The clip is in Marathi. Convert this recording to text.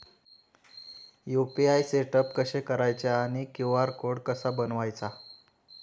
यु.पी.आय सेटअप कसे करायचे आणि क्यू.आर कोड कसा बनवायचा?